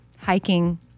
hiking